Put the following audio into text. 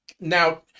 Now